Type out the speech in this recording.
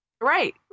Right